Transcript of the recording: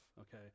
okay